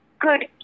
good